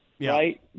right